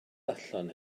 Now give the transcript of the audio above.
allan